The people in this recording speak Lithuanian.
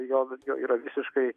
jo jo yra visiškai